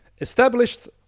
established